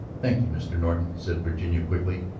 thank you, mr. norton, said virginia quickly.